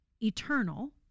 eternal